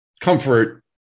comfort